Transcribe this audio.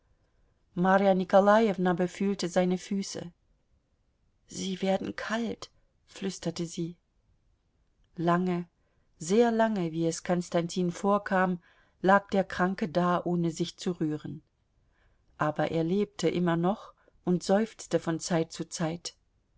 marja nikolajewna befühlte seine füße sie werden kalt flüsterte sie lange sehr lange wie es konstantin vorkam lag der kranke da ohne sich zu rühren aber er lebte immer noch und seufzte von zeit zu zeit